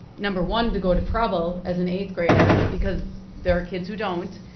number one, to go to preble as an eight grader, because there are kids who don't,